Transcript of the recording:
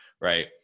right